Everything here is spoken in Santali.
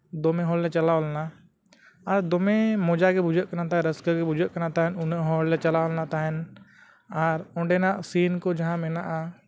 ᱫᱚᱢᱮ ᱦᱚᱲ ᱞᱮ ᱪᱟᱞᱟᱣ ᱞᱮᱱᱟ ᱟᱨ ᱫᱚᱢᱮ ᱢᱚᱸᱡᱟ ᱜᱮ ᱵᱩᱡᱷᱟᱹᱜ ᱠᱟᱱᱟ ᱛᱟᱦᱮᱸ ᱨᱟᱹᱥᱠᱟᱹ ᱜᱮ ᱵᱩᱡᱷᱟᱹᱜ ᱠᱟᱱᱟ ᱛᱟᱦᱮᱸᱫ ᱩᱱᱟᱹᱜ ᱦᱚᱲ ᱞᱮ ᱪᱟᱞᱟᱣ ᱞᱮᱱᱟ ᱛᱟᱦᱮᱸᱫ ᱟᱨ ᱚᱸᱰᱮ ᱱᱟᱜ ᱥᱤᱱ ᱠᱚ ᱡᱟᱦᱟᱸ ᱢᱮᱱᱟᱜᱼᱟ